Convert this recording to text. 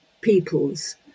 peoples